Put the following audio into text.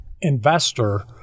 investor